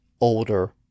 older